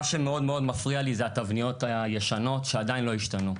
מה שמאוד מאוד מפריע לי הן התבניות הישנות שעדיין לא התשנו.